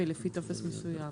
והיא לפי טופס מסוים.